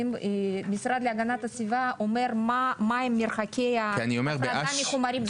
המשרד להגנת הסביבה אומר מהם מרחקי ההפרדה מהחומרים.